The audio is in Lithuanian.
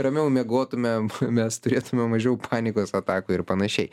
ramiau miegotumėm mes turėtume mažiau panikos atakų ir panašiai